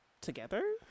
together